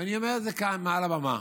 ואני אומר את זה כאן מעל הבמה.